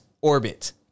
orbit